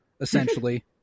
essentially